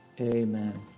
amen